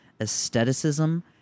aestheticism